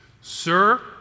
Sir